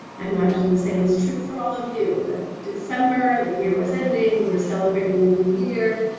i imagine the same is true for all of you, that december the year was ending. we were celebrating the new year.